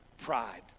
pride